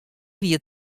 wier